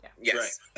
Yes